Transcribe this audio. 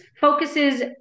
focuses